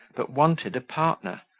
but wanted a partner,